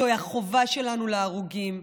זוהי החובה שלנו להרוגים,